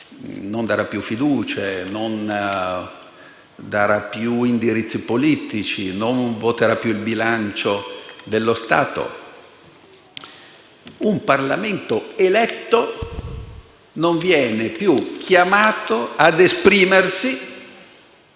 non darà più fiducie, non darà più indirizzi politici, non voterà più il bilancio dello Stato. Un Parlamento eletto non viene più chiamato ad esprimersi